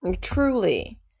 Truly